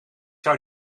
zou